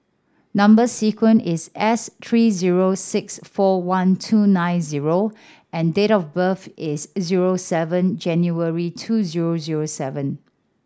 number sequence is S three zero six four one two nine zero and date of birth is zero seven January two zero zero seven